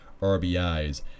RBIs